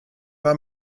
war